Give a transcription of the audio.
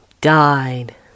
died